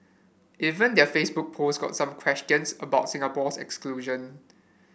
even their Facebook post got some questions about Singapore's exclusion